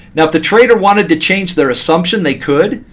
now, if the trader wanted to change their assumption, they could.